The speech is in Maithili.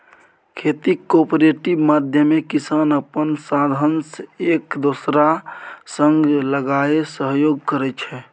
खेतीक कॉपरेटिव माध्यमे किसान अपन साधंश एक दोसरा संग लगाए सहयोग करै छै